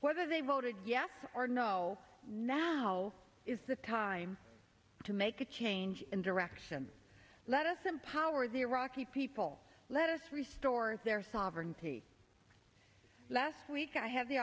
whether they voted yes or no natural is the time to make a change in direction let us empower the iraqi people let us restore their sovereignty last week i had the